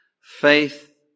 faith